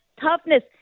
toughness